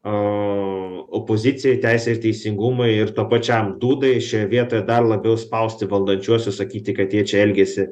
o opozicijai ir teisei ir teisingumui ir tuo pačiam dūdai šioje vietoje dar labiau spausti valdančiuosius sakyti kad jie čia elgiasi